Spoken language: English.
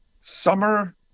summer